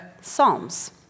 Psalms